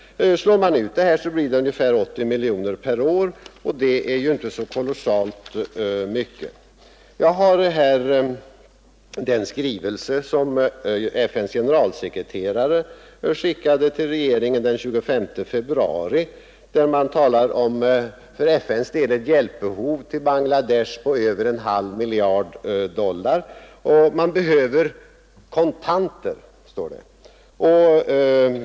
Slår man ut det här, så blir det ungefär 80 miljoner per år, och det är inte så kolossalt mycket. Jag har här den skrivelse som FN:s generalsekreterare skickade till regeringen den 25 februari. Där talas det för FN:s del om ett behov av hjälp till Bangladesh på över en halv miljard dollar. Man behöver kontanter, står det.